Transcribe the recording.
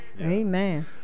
Amen